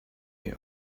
you